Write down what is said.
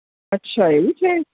અચ્છા એવું છે